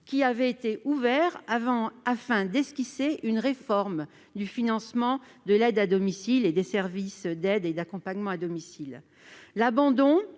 qui avaient été ouverts afin d'esquisser une réforme du financement de l'aide à domicile et des services d'accompagnement et d'aide